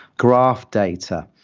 graph data,